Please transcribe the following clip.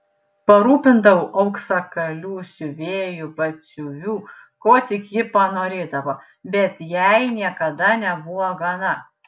parūpindavau auksakalių siuvėjų batsiuvių ko tik ji panorėdavo bet jai niekada nebuvo gana